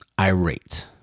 irate